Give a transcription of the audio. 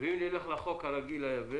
אם נלך לחוק היבש,